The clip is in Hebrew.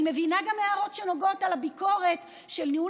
אני מבינה גם הערות שנוגעות לביקורת על ניהול